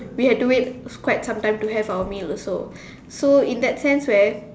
we had to wait quite some time to have our meal also so in that sense where